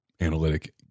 analytic